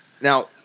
Now